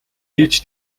хийж